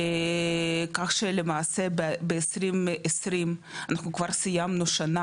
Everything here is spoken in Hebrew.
כך שלמעשה ב- 2020 אנחנו כבר סיימנו שנה